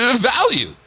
Value